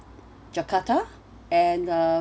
jakarta and uh